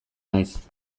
naiz